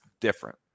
different